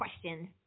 question